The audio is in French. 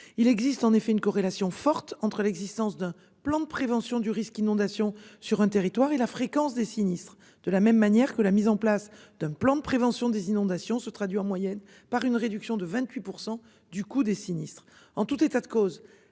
Il existe en effet une corrélation forte entre l'existence d'un plan de prévention du risque inondation sur un territoire et la fréquence des sinistres de la même manière que la mise en place d'un plan de prévention des inondations se traduit en moyenne par une réduction de 28% du coût des sinistres en tout état de cause